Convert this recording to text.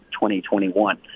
2021